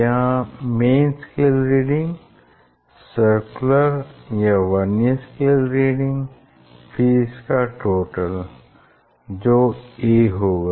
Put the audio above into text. यहाँ main scale reading circular या vernier scale reading फिर इनका टोटल जो a होगा